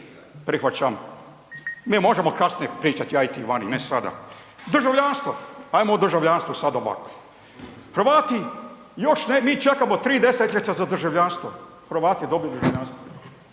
Prihvaćam. Mi možemo kasnije pričat, ja i ti vani, ne sada. Državljanstvo. Ajmo o državljanstvu sada ovako. Hrvati još, mi čekamo tri desetljeća za državljanstvo, Hrvati dobili državljanstvo.